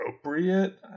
appropriate